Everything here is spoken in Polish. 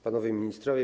Panowie Ministrowie!